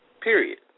period